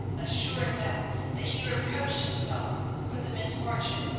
assured them that he reproached himself for the misfortune,